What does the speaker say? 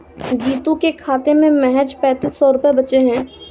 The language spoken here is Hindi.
जीतू के खाते में महज पैंतीस सौ रुपए बचे हैं